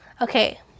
okay